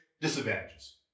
Disadvantages